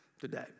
today